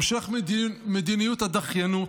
על המשך מדיניות הדחיינות,